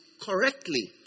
correctly